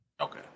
Okay